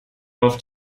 auf